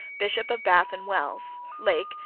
bishop of bath and wells, lake,